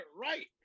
right